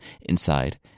Inside